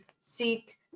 seek